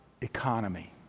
economy